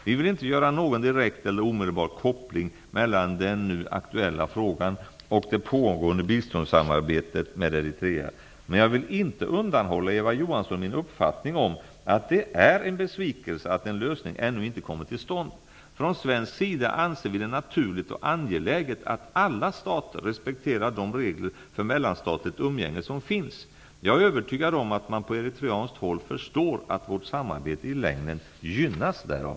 Vi vill inte göra någon direkt eller omedelbar koppling mellan den nu aktuella frågan och det pågående biståndssamarbetet med Eritrea, men jag vill inte undanhålla Eva Johansson min uppfattning att det är en besvikelse att en lösning ännu inte kommit till stånd. Från svensk sida anser vi det naturligt och angeläget att alla stater respekterar de regler för mellanstatligt umgänge som finns. Jag är övertygad om att man på eritreanskt håll förstår att vårt samarbete i längden gynnas därav.